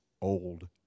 old